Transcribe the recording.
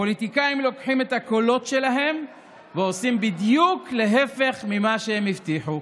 הפוליטיקאים לוקחים את הקולות שלהם ועושים בדיוק להפך ממה שהם הבטיחו.